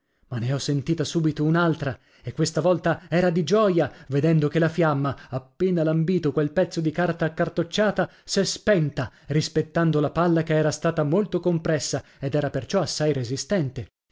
ma ne ho sentita subito unaltra e questa volta era di gioia vedendo che la fiamma appena lambito quel pezzo di carta accartocciata s'è spenta rispettando la palla che era stata molto compressa ed era perciò assai resistente